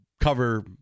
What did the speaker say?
cover